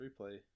replay